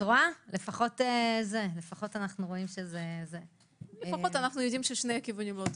לפחות אנחנו יודעים ששני הכיוונים לא טובים.